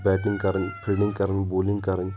batting کَرٕنۍ fielding کَرٕنٛۍ bowling کَرٕنۍ